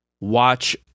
watch